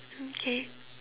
okay